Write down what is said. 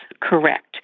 correct